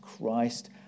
Christ